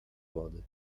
wody